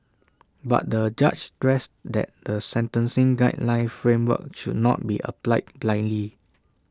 but the judge stressed that the sentencing guideline framework should not be applied blindly